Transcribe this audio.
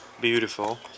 beautiful